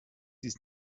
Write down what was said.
ist